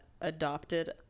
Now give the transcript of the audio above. adopted